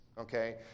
okay